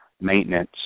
maintenance